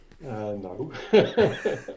no